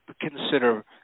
consider